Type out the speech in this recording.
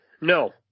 No